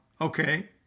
Okay